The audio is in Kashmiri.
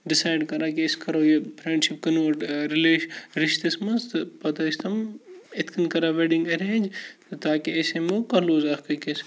ڈِسایِڈ کَران کہِ أسۍ کَرو یہِ فرٛٮ۪نٛڈشِپ کٕنوٲٹ رِلیش رِشتَس منٛز تہٕ پَتہٕ ٲسۍ تم اِتھ کٔنۍ کَران وٮ۪ڈِنٛگ ایٚرینٛج تہٕ تاکہِ أسۍ یِمَو کٕلوز اَکھ أکِس